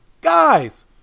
guys